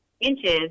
inches